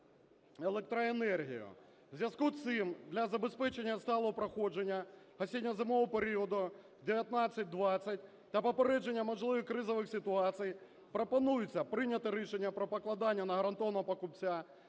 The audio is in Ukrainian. У зв'язку з цим для забезпечення сталого проходження осінньо-зимового періоду 2019-2020 та попередження можливих кризових ситуацій пропонується прийняти рішення про покладання на гарантованого покупця